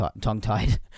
tongue-tied